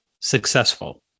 successful